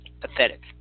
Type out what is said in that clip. Pathetic